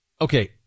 Okay